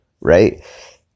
right